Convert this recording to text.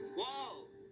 Whoa